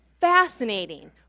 fascinating